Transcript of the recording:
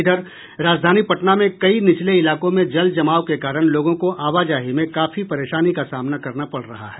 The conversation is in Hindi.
इधर राजधानी पटना में कई निचले इलाकों में जल जमाव के कारण लोगों को आवाजाही में काफी परेशानी का सामना करना पड़ रहा है